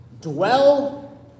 dwell